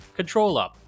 ControlUp